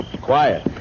Quiet